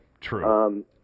true